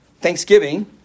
thanksgiving